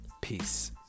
Peace